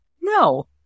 No